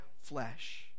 flesh